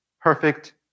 perfect